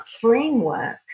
framework